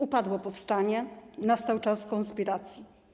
Upadło powstanie, nastał czas konspiracji.